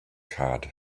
card